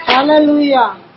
Hallelujah